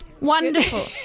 Wonderful